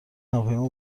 هواپیما